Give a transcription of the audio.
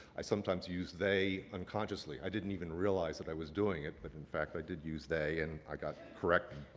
i sometimes use they unconsciously. i didn't even realize that i was doing it. but in fact, i did use they and i got corrected.